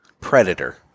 Predator